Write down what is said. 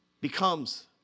becomes